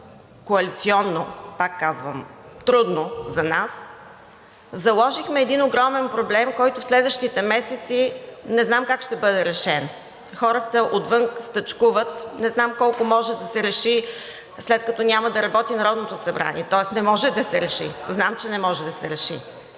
коалиционно, пак казвам – трудно за нас, заложихме един огромен проблем, който в следващите месеци не знам как ще бъде решен. Хората отвън стачкуват, не знам доколко ще може да се реши, след като Народното събрание няма да работи, тоест не може да се реши. Знам, че не може да се реши.